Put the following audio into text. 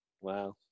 wow